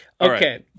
Okay